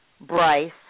Bryce